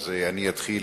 אז אתחיל